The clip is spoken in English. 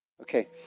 Okay